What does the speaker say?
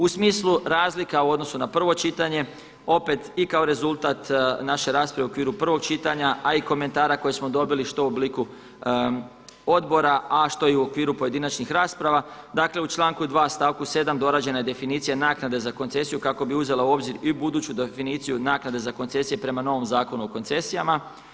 U smislu razlika u odnosu na prvo čitanje, opet i kao rezultat naše rasprave u okviru prvog čitanja, a i komentara koje smo dobili što u obliku odbora, a što i u okviru pojedinačnih rasprava, dakle, u članku 2. stavku 7 dorađena je definicija naknade za koncesiju kako bi uzela u obzir i buduću definiciju naknade za koncesije prema novom Zakonu o koncesijama.